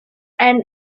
einen